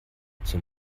zum